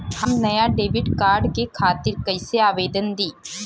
हम नया debit card के खातिर कइसे आवेदन दीं?